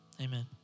amen